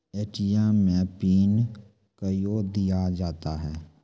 ATM मे pin कयो दिया जाता हैं?